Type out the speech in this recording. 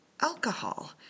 alcohol